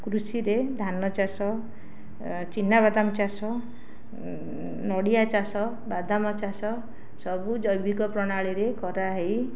କୃଷିରେ ଧାନଚାଷ ଚିନାବାଦାମ ଚାଷ ନଡ଼ିଆଚାଷ ବାଦାମଚାଷ ସବୁ ଜୈବିକ ପ୍ରଣାଳୀରେ କରାହୋଇ